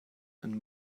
and